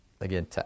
again